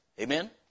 Amen